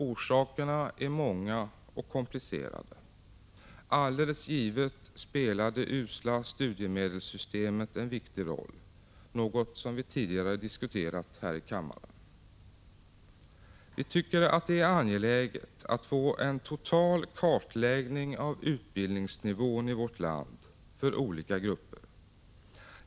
Orsakerna är många och komplicerade. Givetvis spelar det usla studiemedelssystemet en viktig roll, något som vi tidigare har diskuterat i kammaren. Vi tycker att det är angeläget att man får en total kartläggning av utbildningsnivån för olika grupper i vårt land.